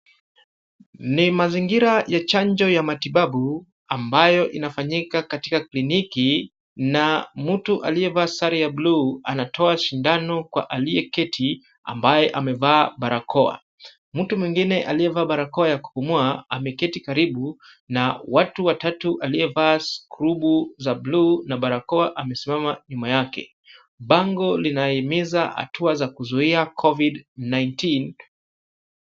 Ni mazingira ya chanjo ya matibabu, ambayo inafanyika katika kliniki na mtu aliyevaa zare ya bluu anatoa sindano kwa aliyeketi ambaye amevaa barakoa. Mtu mwingine aliyevaa barakao ya kupumua ameketi karibu na watu watatu aliyevaa skrubu za bluu na barakoa amesimama nyuma yake. pango linahimiza hatua za kuzuia covid 19 .